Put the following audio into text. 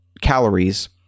calories